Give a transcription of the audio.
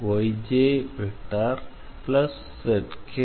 xiyjzk